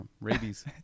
rabies